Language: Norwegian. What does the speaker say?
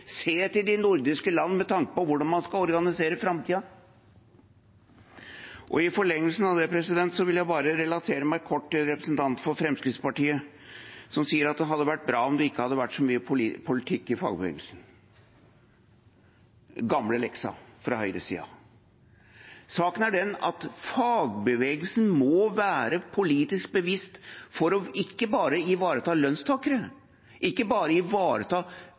Se til de nordiske land med tanke på hvordan man skal organisere framtiden. I forlengelsen av det vil jeg bare relatere meg kort til representanten for Fremskrittspartiet som sier at det hadde vært bra om det ikke hadde vært så mye politikk i fagbevegelsen – den gamle leksa fra høyresida. Saken er den at fagbevegelsen må være politisk bevisst for ikke bare å ivareta lønnstakere, ikke bare å ivareta